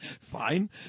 Fine